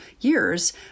years